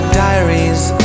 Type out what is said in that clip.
diaries